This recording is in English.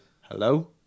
Hello